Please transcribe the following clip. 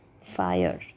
fire